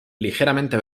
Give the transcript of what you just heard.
ligeramente